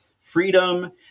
freedom